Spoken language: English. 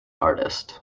artist